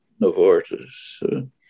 Novartis